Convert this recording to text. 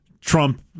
Trump